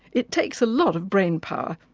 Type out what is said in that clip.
it takes a lot of brain power.